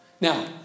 Now